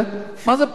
מה זה pre rulling?